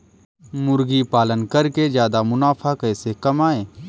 मुर्गी पालन करके ज्यादा मुनाफा कैसे कमाएँ?